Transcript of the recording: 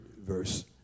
verse